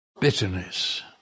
Bitterness